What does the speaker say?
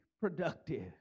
productive